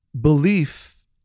belief